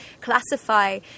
classify